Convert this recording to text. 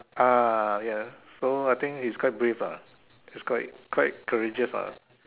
ah ya so I think he's quite brave ah he's quite quite courageous ah